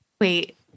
wait